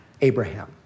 Abraham